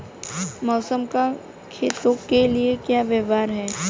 मौसम का खेतों के लिये क्या व्यवहार है?